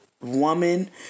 woman